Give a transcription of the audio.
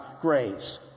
grace